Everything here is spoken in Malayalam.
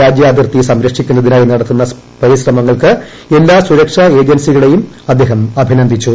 രാജ്യാതിർത്തി സംരക്ഷിക്കുന്നതിനായി നടത്തുന്ന പരിശ്രമങ്ങൾക്ക് എല്ലാ സുരക്ഷാ ഏജൻസികളേയും അദ്ദേഹം അഭിനന്ദിച്ചു